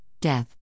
death